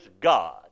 God